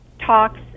talks